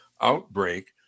outbreak